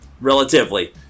Relatively